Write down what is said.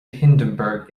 hindeberg